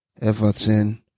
Everton